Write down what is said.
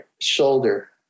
shoulder